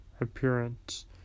appearance